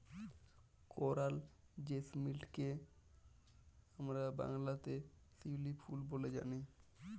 করাল জেসমিলটকে বাংলাতে আমরা শিউলি ফুল ব্যলে জানি